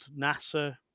NASA